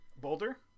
boulder